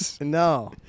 No